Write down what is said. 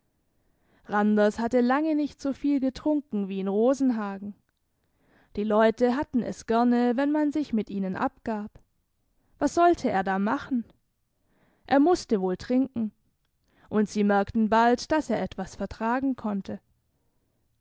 randers hatte lange nicht so viel getrunken wie in rosenhagen die leute hatten es gerne wenn man sich mit ihnen abgab was sollte er da machen er musste wohl trinken und sie merkten bald dass er etwas vertragen konnte